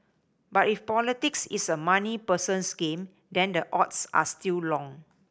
but if politics is a money person's game then the odds are still long